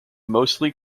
mostly